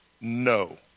no